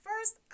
First